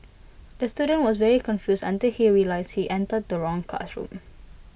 the student was very confused until he realised he entered the wrong classroom